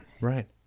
Right